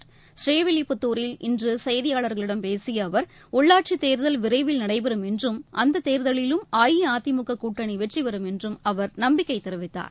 ப்ரீவில்லிபுத்தூரில் இன்று செய்தியாளர்களிடம் பேசிய அவர் உள்ளாட்சித்தேர்தல் விரைவில் நடைபெறும் என்றும் அந்த தேர்தலிலும் அஇஅதிமுக கூட்டணி வெற்றி பெறும் என்றும் அவர் நம்பிக்கை தெரிவித்தார்